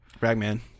Ragman